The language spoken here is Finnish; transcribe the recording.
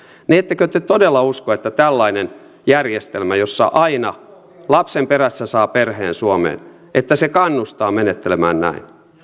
ettekö te todella usko niin tällainen järjestelmä jossa aina lapsen perässä saa perheen suomeen kannustaa menettelemään näin